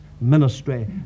ministry